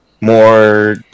more